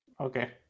Okay